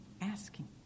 asking